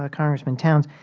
ah congressman towns.